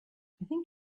think